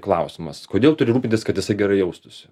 klausimas kodėl turi rūpintis kad jisai gerai jaustųsi